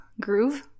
groove